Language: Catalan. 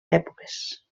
èpoques